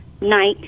night